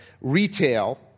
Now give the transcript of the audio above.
retail